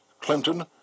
Clinton